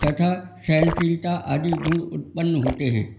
तथा सहनशीलता आदि गुण उत्पन्न होते हैं